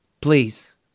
Please